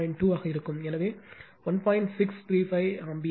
635 ampere